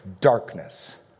darkness